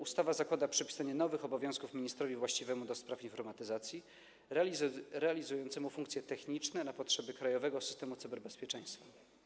Ustawa zakłada przypisanie nowych obowiązków ministrowi właściwemu do spraw informatyzacji realizującemu funkcje techniczne na potrzeby krajowego systemu cyberbezpieczeństwa.